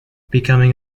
becoming